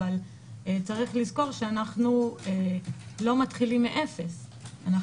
אב יש לזכות שאנחנו לא מתחילים מ-0 אלא